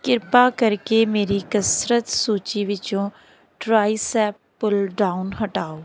ਕਿਰਪਾ ਕਰਕੇ ਮੇਰੀ ਕਸਰਤ ਸੂਚੀ ਵਿੱਚੋਂ ਟ੍ਰਾਈਸੈਪ ਪੁੱਲ ਡਾਊਨ ਹਟਾਓ